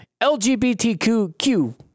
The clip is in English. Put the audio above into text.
LGBTQ